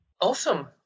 Awesome